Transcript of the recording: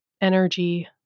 energy